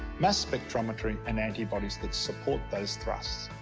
mass spectrometry and antibodies that support these thrusts.